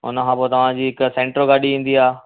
हुन खां पोइ तव्हांजी हिकु सैंट्रो गाॾी ईंदी आहे